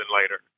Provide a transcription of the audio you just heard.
later